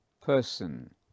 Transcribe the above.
person